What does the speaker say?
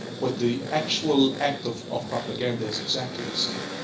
but the actual act of of propaganda is exactly the same.